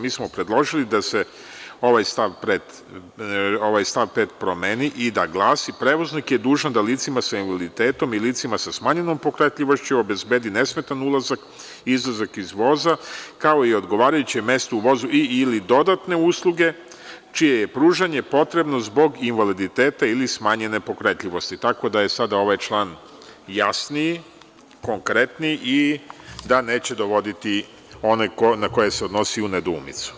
Mi smo predložili da se ovaj stav 5. promeni i da glasi: „Prevoznik je dužan da licima sa invaliditetom i licima sa smanjenom pokretljivošću obezbedi nesmetan ulazak i izlazak iz voza, kao i odgovarajuće mesto u vozu i/ili dodatne usluge čije je pružanje potrebno zbog invaliditeta ili smanjene pokretljivosti“, tako da je sada ovaj član jasniji, konkretniji i neće dovoditi one na koje se odnosi u nedoumicu.